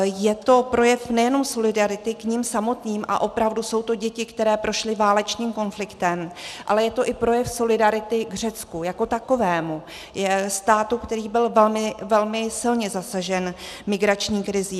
Je to projev nejen solidarity k nim samotným, a opravdu jsou to děti, které prošly válečným konfliktem, ale je to i projev solidarity k Řecku jako takovému, ke státu, který byl velmi silně zasažen migrační krizí.